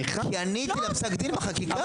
כי עניתי לפסק הדין בחקיקה.